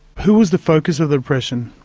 who was the focus of the repression?